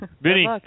Vinny